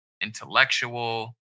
intellectual